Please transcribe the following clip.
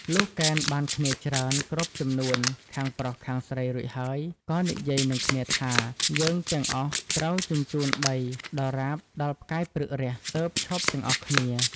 លុះកេណ្ឌបានគ្នាច្រើន គ្រប់ចំនួនខាងប្រុស-ខាងស្រីរួចហើយ ក៏និយាយនិងគ្នាថា «យើងទាំងអស់ត្រូវជញ្ជូនដីដរាបដល់ផ្កាយព្រឹករះ ទើបឈប់ទាំងអស់គ្នា។